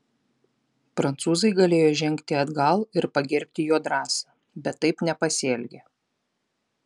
prancūzai galėjo žengti atgal ir pagerbti jo drąsą bet taip nepasielgė